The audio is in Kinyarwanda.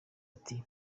ati